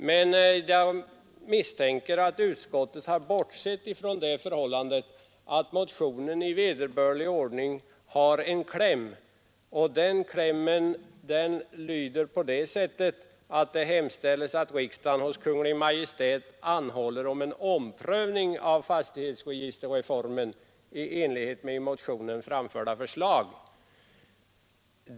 Men jag misstänker att utskottet har bortsett från att motionen i vederbörlig ordning har en kläm, där det hemställs ”att riksdagen hos Kungl. Maj:t anhåller om en omprövning av fastighetsregisterreformen i enlighet med i motionen framförda förslag”.